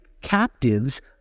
captives